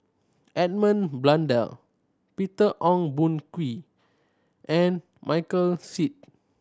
Edmund Blundell Peter Ong Boon Kwee and Michael Seet